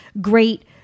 great